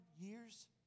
years